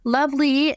Lovely